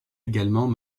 également